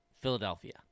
Philadelphia